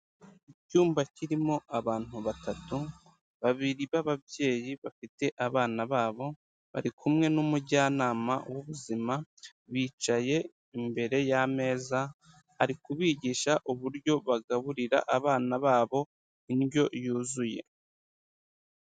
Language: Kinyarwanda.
Icyumba kirimo abantu batatu babiri b'ababyeyi bafite abana babo bari kumwe n'umujyanama w'ubuzima bicaye imbere y'ameza, ari kubigisha uburyo bagaburira abana babo indyo yuzuye.